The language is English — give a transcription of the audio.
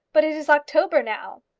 but it is october now.